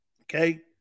Okay